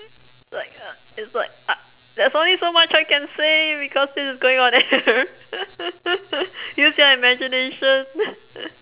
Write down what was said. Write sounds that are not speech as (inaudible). like uh it's like ah there's only so much I can say because this is going on air (laughs) use your imagination (laughs)